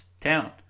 town